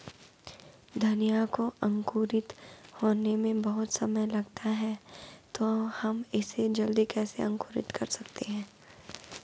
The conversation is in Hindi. धनिया को अंकुरित होने में बहुत समय लगता है तो हम इसे जल्दी कैसे अंकुरित कर सकते हैं?